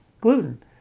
gluten